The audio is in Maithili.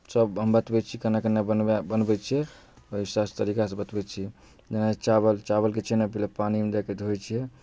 सभ हम बतबै छी केना केना बनबाए बनबै छियै अच्छा तरीकासँ बतबै छी जेना चावल चावलके छै ने पहिले पानिमे दए कऽ धोइत छियै